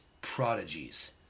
prodigies